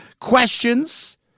questions